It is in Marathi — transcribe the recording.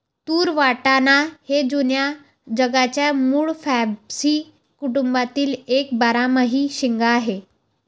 तूर वाटाणा हे जुन्या जगाच्या मूळ फॅबॅसी कुटुंबातील एक बारमाही शेंगा आहे